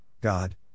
God